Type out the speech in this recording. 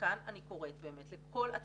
וכאן אני קוראת באמת לכל הציבור,